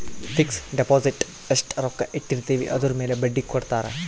fix deposit ಎಸ್ಟ ರೊಕ್ಕ ಇಟ್ಟಿರ್ತಿವಿ ಅದುರ್ ಮೇಲೆ ಬಡ್ಡಿ ಕೊಡತಾರ